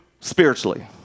spiritually